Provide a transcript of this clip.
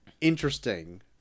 interesting